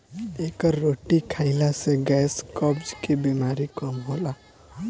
एकर रोटी खाईला से गैस, कब्ज के बेमारी कम होला